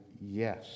yes